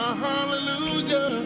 hallelujah